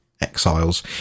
Exiles